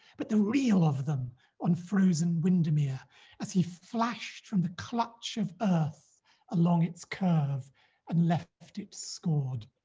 but the reel of them on frozen windermere as he flashed from the clutch of earth along its curve and left it scored